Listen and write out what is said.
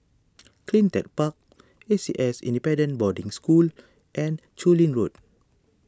Clean Tech Park A C S Independent Boarding School and Chu Lin Road